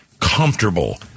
comfortable